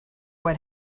what